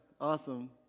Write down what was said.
awesome